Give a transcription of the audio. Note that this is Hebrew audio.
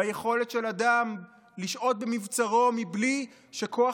ביכולת של אדם לשהות במבצרו בלי שכוח